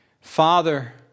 Father